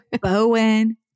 Bowen